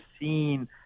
seen